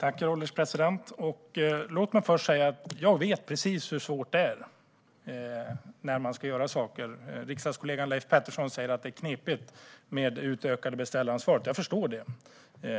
Herr ålderspresident! Jag vet precis hur svårt det är när man ska göra saker. Riksdagskollegan Leif Pettersson säger att det är knepigt med det utökade beställaransvaret. Jag förstår det.